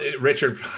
Richard